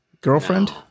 girlfriend